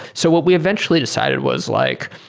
so what we eventually decided was like,